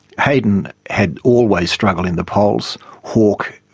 hayden had always struggled in the polls. hawke,